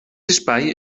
espai